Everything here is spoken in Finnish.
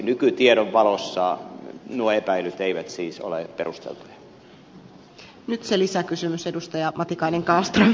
nykytiedon valossa nuo epäilyt eivät siis ole perusteltuja